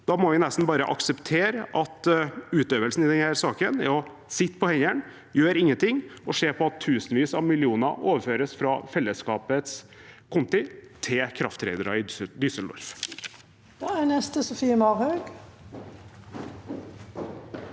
Da må vi nesten bare akseptere at utøvelsen i denne saken er å sitte på hendene, gjøre ingenting og se på at tusenvis av millioner overføres fra fellesskapets konti til krafttradere i Düsseldorf. Sofie Marhaug